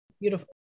Beautiful